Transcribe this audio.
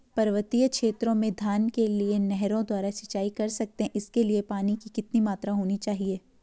पर्वतीय क्षेत्रों में धान के लिए नहरों द्वारा सिंचाई कर सकते हैं इसके लिए पानी की कितनी मात्रा होनी चाहिए?